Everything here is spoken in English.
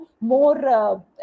more